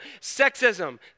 Sexism